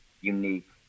unique